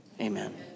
amen